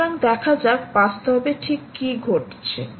সুতরাং দেখা যাক বাস্তবে ঠিক কী ঘটছে